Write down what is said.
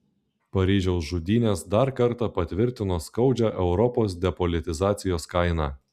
paryžiaus žudynės dar kartą patvirtino skaudžią europos depolitizacijos kainą